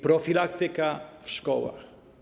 Profilaktyka w szkołach.